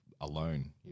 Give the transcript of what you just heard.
alone